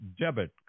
debit